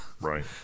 Right